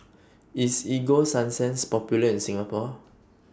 IS Ego Sunsense Popular in Singapore